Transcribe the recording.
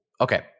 okay